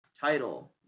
title